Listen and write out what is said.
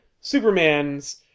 Superman's